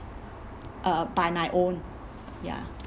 uh by my own ya